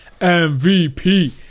MVP